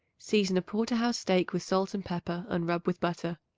season a porter-house steak with salt and pepper and rub with butter.